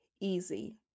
easy